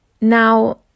Now